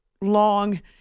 long